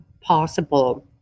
possible